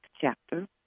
chapter